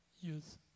youth